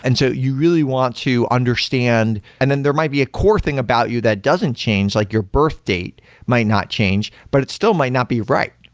and so you really want to understand. and then there might be a core thing about you that doesn't change, like your birthdate might not change. but it still might not be right.